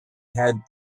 had